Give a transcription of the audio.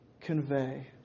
convey